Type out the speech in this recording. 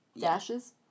Dashes